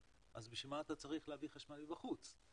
אז בשביל מה אתה צריך להביא חשמל מבחוץ.